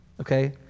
okay